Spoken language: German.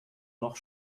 noch